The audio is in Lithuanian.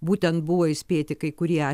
būtent buvo įspėti kai kurie